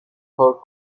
پارک